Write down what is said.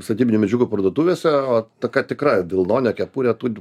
statybinių medžiagų parduotuvėse o tokia tikra vilnonė kepurė turi